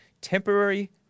temporary